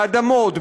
באדמות,